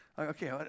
Okay